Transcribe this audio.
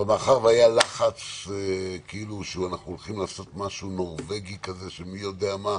מאחר שהיה לחץ שאנחנו הולכים לעשות משהו נורווגי של מי יודע מה,